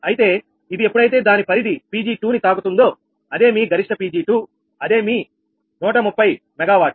అయితే ఇది ఎప్పుడైతే దాని పరిధి Pg2 ని తాకుతుందో అది మీ గరిష్ట Pg2 అదేమీ మీ130 మీ MW